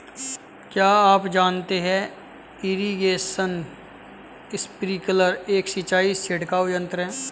क्या आप जानते है इरीगेशन स्पिंकलर एक सिंचाई छिड़काव यंत्र है?